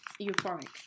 euphoric